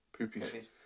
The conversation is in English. Poopies